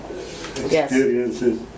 experiences